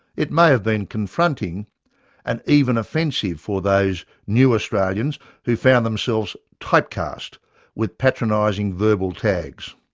it may have been confronting and even offensive for those new australians who found themselves typecast with patronising verbal tags.